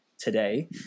today